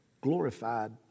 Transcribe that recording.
glorified